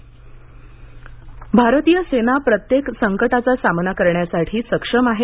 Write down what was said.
राजनाथसिंह भारतीय सेना प्रत्येक संकटाचा सामना करण्यासाठी सक्षम आहे